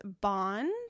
bond